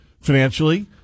financially